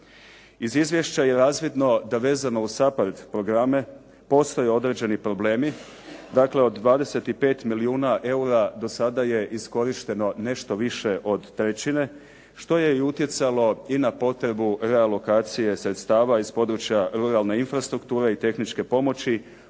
Iz izvješća je razvidno da vezano uz SAPARD programe postoje određeni problemi dakle od 25 milijuna do sada je iskorišteno nešto više od trećine što je i utjecalo i na potrebu realokacije sredstava iz područja ruralne infrastrukture i tehničke pomoći